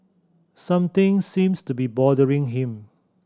something seems to be bothering him